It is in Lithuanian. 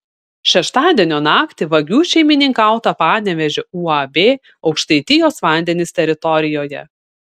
šeštadienio naktį vagių šeimininkauta panevėžio uab aukštaitijos vandenys teritorijoje